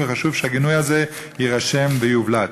וחשוב שהגינוי הזה יירשם ויובלט.